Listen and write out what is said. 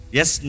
Yes